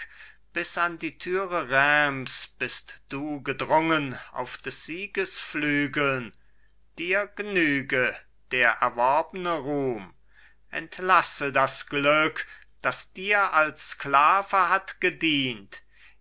bis an die tore reims bist du gedrungen auf des sieges flügeln dir gnüge der erworbne ruhm entlasse das glück das dir als sklave hat gedient